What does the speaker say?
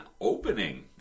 opening